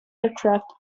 aircraft